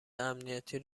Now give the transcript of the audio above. امنیتی